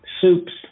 soups